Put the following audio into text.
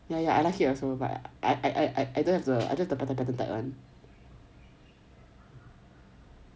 ya ya I like it also but I I I don't have the pattern pattern type [one]